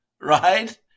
right